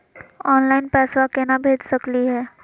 Online पैसवा केना भेज सकली हे?